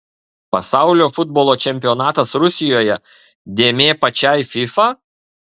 pasaulio futbolo čempionatas rusijoje dėmė pačiai fifa